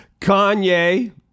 Kanye